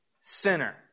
sinner